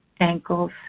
ankles